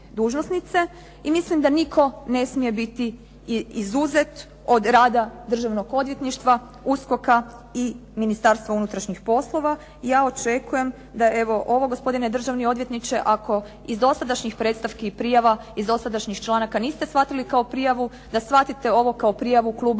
i mislim da nitko ne smije biti izuzet od rada Državnog odvjetništva, USKOK-a i Ministarstva unutrašnjih poslova. I ja očekujem da evo ovo gospodine državni odvjetniče ako iz dosadašnjih predstavki i prijava, iz dosadašnjih članaka niste shvatili kao prijavu da shvatite ovo kao prijavu Kluba